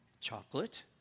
Chocolate